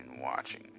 watching